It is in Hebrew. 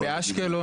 יעקב, באשקלון